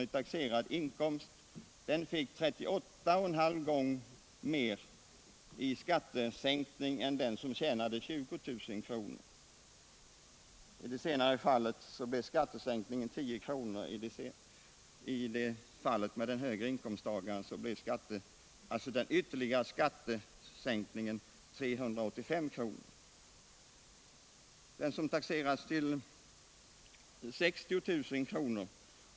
i taxerad inkomst skulle få 38,5 gånger mer i ytterligare skattesänkning än den som tjänar 20 000 kr. I det senare fallet blir skattesänkningen 10 kr., och för den högre inkomsten blir den ytterligare skattesänkningen 385 kr. Den som taxerats för 60 000 kr.